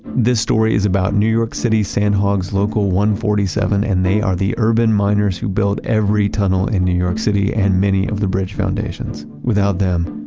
this story is about new york city sandhogs local one and forty seven and they are the urban miners who build every tunnel in new york city, and many of the bridge foundations. without them,